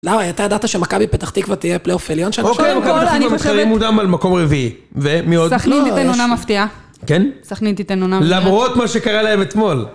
למה? אתה ידעת שמכבי פתח תקווה תהיה פליאוף עליון שם? אוקיי. קודם כל אני חושבת. אנחנו גם מתחרים מולם על מקום רביעי. ומי עוד? סכנין תיתן עונה מפתיעה. כן? סכנין תתן עונה מפתיעה. למרות מה שקרה להם אתמול.